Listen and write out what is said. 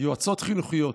יועצות חינוכיות,